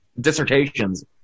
dissertations